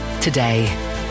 today